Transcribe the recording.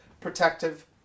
protective